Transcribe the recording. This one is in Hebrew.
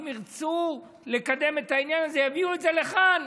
אם ירצו לקדם את העניין הזה יביאו את זה לכאן